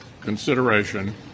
consideration